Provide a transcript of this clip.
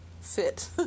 fit